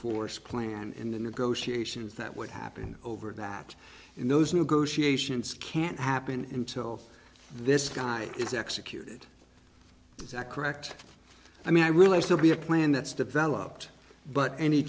forced plan and the negotiations that would happen over that in those negotiations can't happen until this guy is executed is that correct i mean i realize to be a plan that's developed but any